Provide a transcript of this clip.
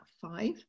five